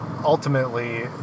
ultimately